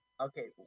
Okay